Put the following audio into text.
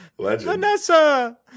Vanessa